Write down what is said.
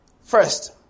First